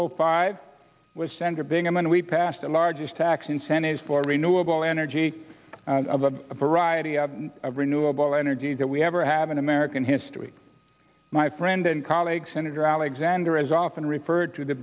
all five was senator bingaman we passed the largest tax incentives for renewable energy of a variety of renewable energies that we ever have in american history my friend and colleague senator alexander is often referred to the